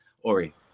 Ori